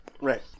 right